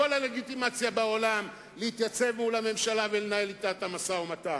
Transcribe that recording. הלגיטימציה בעולם להתייצב מול הממשלה ולנהל אתה משא-ומתן,